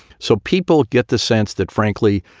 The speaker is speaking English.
so people get the sense that, frankly,